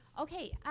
Okay